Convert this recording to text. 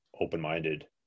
open-minded